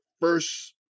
first